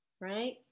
right